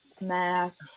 math